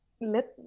let